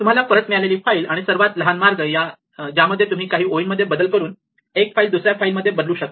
तुम्हाला परत मिळालेली फाईल आणि सर्वात लहान मार्ग ज्यामध्ये तुम्ही काही ओळींमध्ये बदल करून एक फाईल दुसर्या फाईल मध्ये बदलू शकता